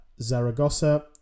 Zaragoza